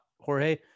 Jorge